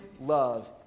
love